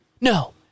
No